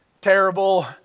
terrible